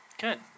good